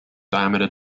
diameter